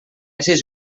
sis